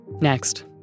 Next